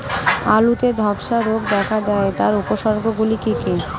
আলুতে ধ্বসা রোগ দেখা দেয় তার উপসর্গগুলি কি কি?